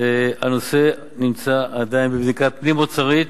הנושא עדיין בבדיקה פנים-אוצרית,